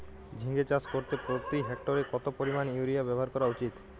ঝিঙে চাষ করতে প্রতি হেক্টরে কত পরিমান ইউরিয়া ব্যবহার করা উচিৎ?